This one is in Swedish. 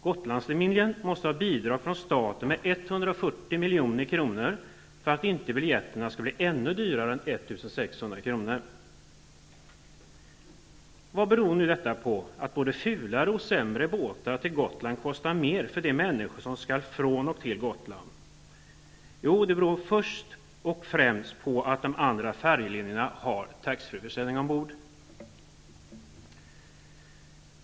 Gotlandslinjen måste få bidrag från staten med 140 milj.kr. för att inte biljetterna skall bli ännu dyrare än 1 600 kr. Vad beror det på att både fulare och sämre båtar till Gotland kostar mycket mer för de människor som skall till och från Gotland? Jo, det beror först och främst på att de andra färjelinjerna har tax freeförsäljning ombord.